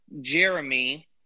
Jeremy